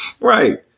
right